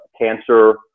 cancer